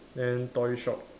then toy shop